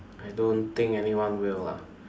I don't think anyone will lah